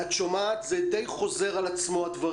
הדברים די חוזרים על עצמם,